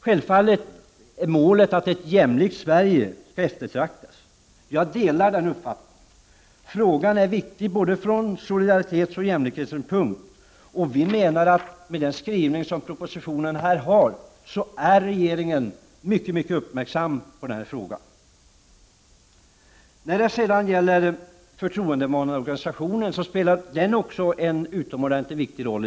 Självfallet är målet ett jämlikt Sverige. Jag delar den uppfattningen. Frågan är viktig från både solidaritetsoch jämlikhetssynpunkt. Regeringen är i sin propositionsskrivning mycket uppmärksam på denna fråga. Förtroendemannaorganisationen spelar i detta sammanhang en utomordentligt stor roll.